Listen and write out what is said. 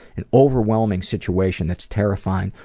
and overwhelming situation that's terrifying.